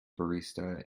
barista